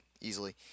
easily